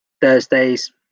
thursdays